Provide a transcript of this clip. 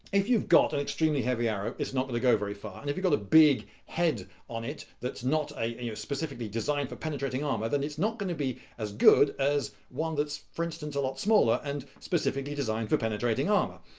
if you've got an extremely heavy arrow, it's not going to go very far. and if you've got a big head on it that's not and specifically designed for penetrating armour, then it's not going to be as good as one that's for instance a lot smaller and specifically designed for penetrating armour.